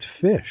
fish